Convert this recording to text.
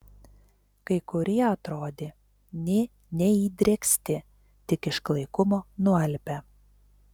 kai kurie atrodė nė neįdrėksti tik iš klaikumo nualpę